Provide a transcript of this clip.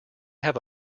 have